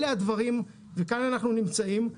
אלה הדברים וכאן אנחנו נמצאים,